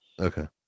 Okay